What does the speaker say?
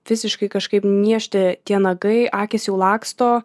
visiškai kažkaip niežti tie nagai akys jau laksto